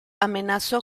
amenazó